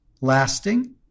lasting